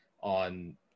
on